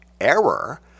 error